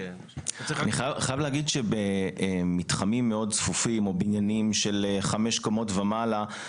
אני חייב להגיד שבמתחמים מאוד צפופים או בבניינים של חמש קומות ומעלה,